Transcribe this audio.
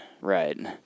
right